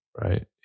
Right